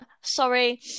Sorry